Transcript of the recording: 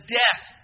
death